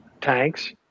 tanks